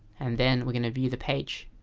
and then we're gonna view the page